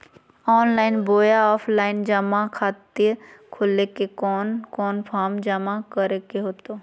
Online बोया offline जमा खाता खोले ले कोन कोन फॉर्म जमा करे होते?